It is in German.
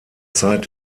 zeit